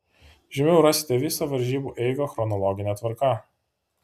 žemiau rasite visą varžybų eigą chronologine tvarka